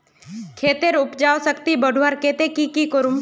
खेतेर उपजाऊ शक्ति बढ़वार केते की की करूम?